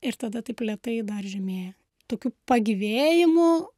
ir tada taip lėtai daržemėja tokių pagyvėjimų